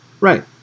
Right